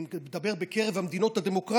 אני מדבר רק מקרב המדינות הדמוקרטיות,